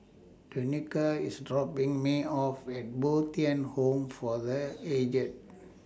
Danika IS dropping Me off At Bo Tien Home For The Aged